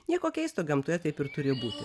nieko keisto gamtoje taip ir turi būti